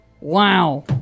Wow